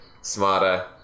smarter